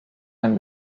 ein